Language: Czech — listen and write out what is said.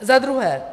Za druhé.